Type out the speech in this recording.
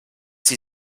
sie